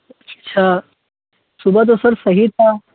अच्छा सुबह तो सर सही था